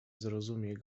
zrozumie